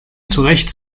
zurecht